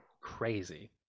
crazy